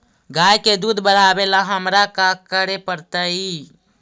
गाय के दुध बढ़ावेला हमरा का करे पड़तई?